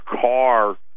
car